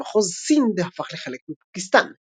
בעוד מחוז סינד הפך לחלק מפקיסטן.